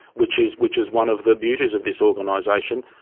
which is which is one of the beauties of this organisation,